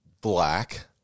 Black